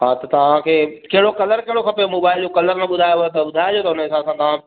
हा त तां खे केड़ो कलर केड़ो कलर केड़ो खपेव मोबाइल जो कलर न ॿुधायुव त ॿुधाए जो त उन हिसाब सां तहां